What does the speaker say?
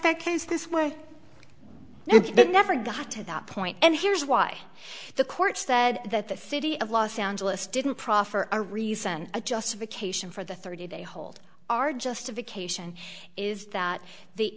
that case this way now that never got to that point and here's why the court said that the city of los angeles didn't proffer a reason a justification for the thirty day hold our justification is that the